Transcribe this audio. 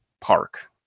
park